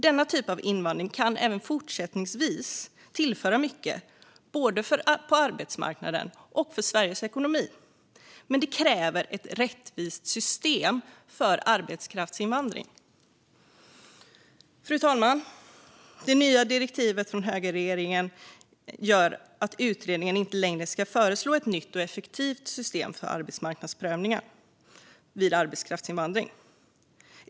Denna typ av invandring kan även fortsättningsvis tillföra mycket både på arbetsmarknaden och för Sveriges ekonomi, men det kräver ett rättvist system för arbetskraftsinvandring. Fru talman! Det nya direktivet från högerregeringen gör att utredningen inte längre ska föreslå ett nytt och effektivt system för arbetsmarknadsprövningen vid arbetskraftsinvandring.